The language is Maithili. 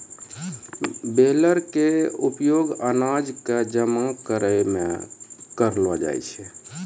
बेलर के उपयोग अनाज कॅ जमा करै मॅ करलो जाय छै